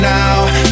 now